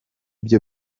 byo